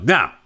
Now